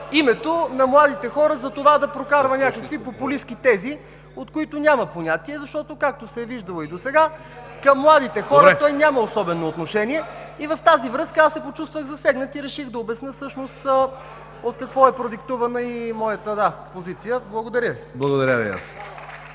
името на младите хора, за да прокарва популистки тези, от които няма понятие, защото както се е виждало и досега, към младите хора той няма особено отношение. В тази връзка аз се почувствах засегнат и реших да обясня всъщност от какво е продиктувана моята позиция. Благодаря. (Частични